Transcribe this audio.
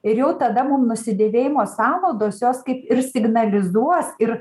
ir jau tada mum nusidėvėjimo sąnaudos jos kaip ir signalizuos ir